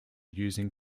using